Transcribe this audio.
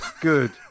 Good